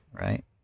right